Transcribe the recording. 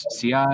CI